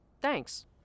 Thanks